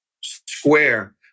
square